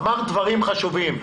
אמרת דברים חשובים.